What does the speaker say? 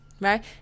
right